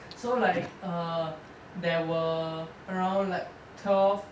so like err there were around like twelve